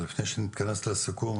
לפני שנתכנס לסיכום,